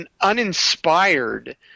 uninspired